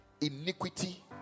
iniquity